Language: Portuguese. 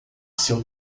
seu